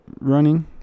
running